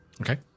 okay